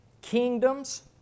kingdoms